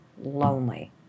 lonely